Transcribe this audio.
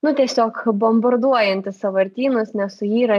nu tiesiog bombarduojantys sąvartynus nesuyra